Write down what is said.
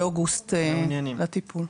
באוגוסט לטיפול.